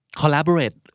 collaborate